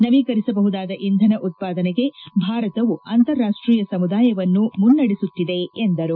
ನವೀಕರಿಸಬಹದಾದ ಇಂಧನ ಉತ್ಸಾದನೆಗೆ ಭಾರತವು ಅಂತಾರಾಷ್ಟೀಯ ಸಮುದಾಯವನ್ನು ಮುನ್ನಡೆಸುತ್ತಿದೆ ಎಂದರು